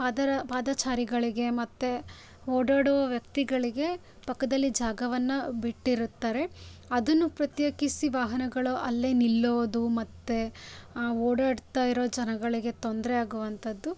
ಪಾದರ ಪಾದಚಾರಿಗಳಿಗೆ ಮತ್ತು ಓಡಾಡೋ ವ್ಯಕ್ತಿಗಳಿಗೆ ಪಕ್ಕದಲ್ಲಿ ಜಾಗವನ್ನು ಬಿಟ್ಟಿರುತ್ತಾರೆ ಅದನ್ನೂ ಪ್ರತ್ಯೇಕಿಸಿ ವಾಹನಗಳು ಅಲ್ಲೇ ನಿಲ್ಲೋದು ಮತ್ತು ಓಡಾಡ್ತಾ ಇರೋ ಜನಗಳಿಗೆ ತೊಂದರೆ ಆಗುವಂಥದ್ದು